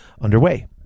underway